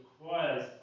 requires